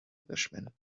englishman